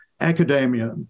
academia